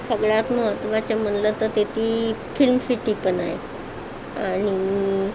सगळ्यात महत्त्वाच्या म्हणलं तर तिथे फिल्म सिटी पण आहे आणि